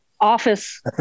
office